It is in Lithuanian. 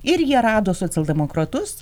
ir jie rado socialdemokratus